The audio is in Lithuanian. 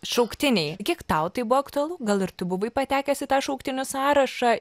šauktiniai kiek tau tai buvo aktualu gal ir tu buvai patekęs į tą šauktinių sąrašą